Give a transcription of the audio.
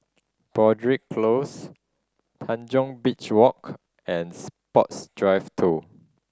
Broadrick Close Tanjong Beach Walk and Sports Drive Two